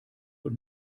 und